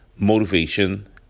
motivation